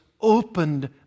opened